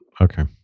Okay